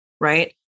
right